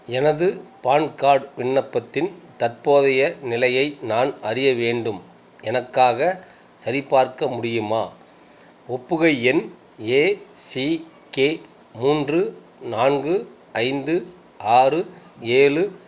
எனது PAN card விண்ணப்பத்தின் தற்போதைய நிலையை நான் அறிய வேண்டும் எனக்காகச் சரிபார்க்க முடியுமா ஒப்புகை எண் ஏசிகே மூன்று நான்கு ஐந்து ஆறு ஏழு